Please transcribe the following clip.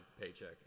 paycheck